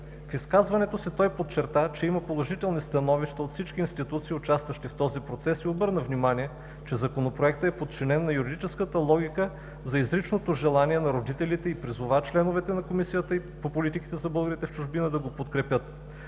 В изказването си той подчерта, че има положителни становища от всички институции, участващи в този процес, и обърна внимание, че Законопроектът е подчинен на юридическата логика за „изричното желание“ на родителите и призова членовете на Комисията по политиките за българите в чужбина да го подкрепят.